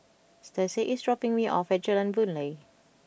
Stacie is dropping me off at Jalan Boon Lay